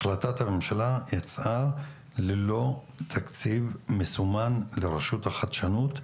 החלטת הממשלה יצאה ללא תקציב מסומן לרשות לחדשנות,